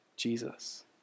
Jesus